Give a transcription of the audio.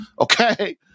Okay